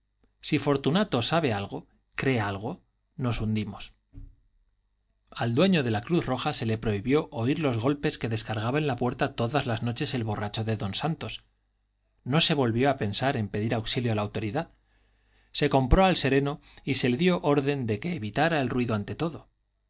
si fortunato sabe algo cree algo nos hundimos al dueño de la cruz roja se le prohibió oír los golpes que descargaba en la puerta todas las noches el borracho de don santos no se volvió a pensar en pedir auxilio a la autoridad se compró al sereno y se le dio orden de que evitara el ruido ante todo